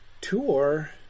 tour